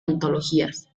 antologías